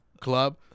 club